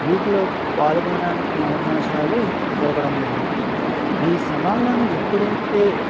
వీటిల్లో పాల్గొనడానికి అవకాశాలు దొరకడం లేదు ఈ సవాలను ఎప్పుడైతే